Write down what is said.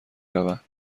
رود